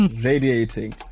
Radiating